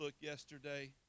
yesterday